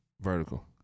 vertical